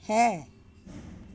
ਹੈ